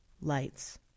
Lights